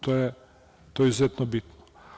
To je izuzetno bitno.